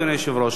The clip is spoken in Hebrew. אגב,